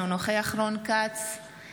אינו נוכח רון כץ,